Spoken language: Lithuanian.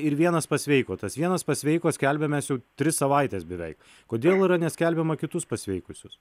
ir vienas pasveiko tas vienas pasveiko skelbiam mes jau tris savaites beveik kodėl yra neskelbiama kitus pasveikusius